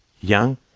young